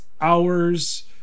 hours